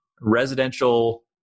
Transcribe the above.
residential